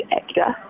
actor